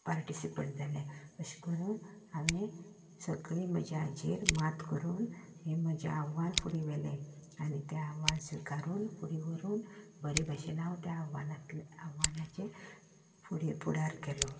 participate जालें अशें करून हांवें सगळी म्हज्या हाजेर मात करून हें म्हजें आव्हान फुडें व्हेलें आनी तें आव्हान स्विकारून फुडें व्हरून बरे भशेन हांव त्या आव्हानातलें आव्हानाचें फुडें फुडार केलो